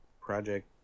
project